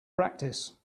practice